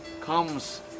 comes